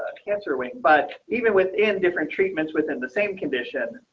ah cancer wing, but even within different treatments within the same condition,